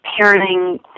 parenting